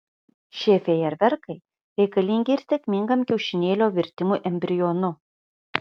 šie fejerverkai reikalingi ir sėkmingam kiaušinėlio virtimui embrionu